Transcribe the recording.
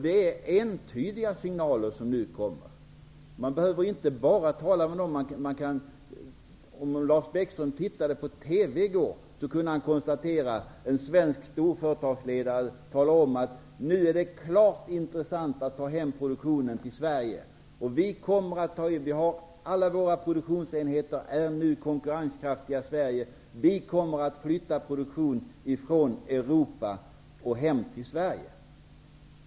Det är entydiga signaler som nu kommer. Om Lars Bäckström tittade på TV i går kunde han se att en svensk storföretagsledare talade om att det nu är klart intressant att ta hem produktionen till Sverige. Han sade: Alla våra produktionsenheter är nu konkurrenskraftiga i Sverige, och vi kommer att flytta produktion från Europa hem till Sverige.